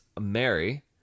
Mary